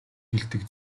хэлдэг